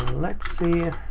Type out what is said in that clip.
let's see.